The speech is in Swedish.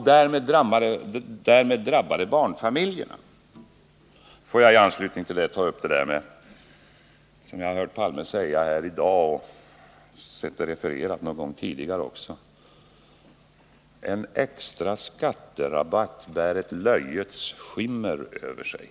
Därmed drabbas också barnfamiljerna. I anslutning till detta vill jag gå in på något som jag har hört Olof Palme säga här i dag och som jag tidigare har sett refererat: En extra skatterabatt bär ett löjets skimmer över sig.